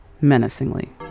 Menacingly